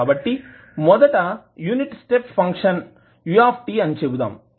కాబట్టి మొదట unit step function u అని చెబుదాం